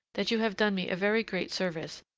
that you have done me a very great service,